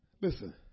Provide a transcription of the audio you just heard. Listen